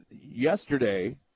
yesterday